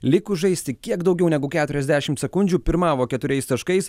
likus žaisti kiek daugiau negu keturiasdešimt sekundžių pirmavo keturiais taškais